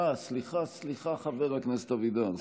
אה, סליחה, סליחה, חבר הכנסת אבידר.